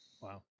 wow